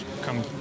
come